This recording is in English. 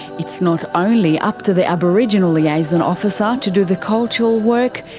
it's not only up to the aboriginal liaison officer to do the cultural work,